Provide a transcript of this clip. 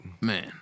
man